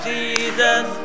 Jesus